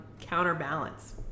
counterbalance